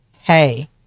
hey